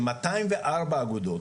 שמאתיים וארבע האגודות,